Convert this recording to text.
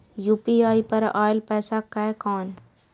UPI पर आएल पैसा कै कैन?